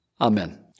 Amen